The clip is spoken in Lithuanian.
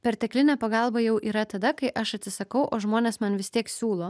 perteklinė pagalba jau yra tada kai aš atsisakau o žmonės man vis tiek siūlo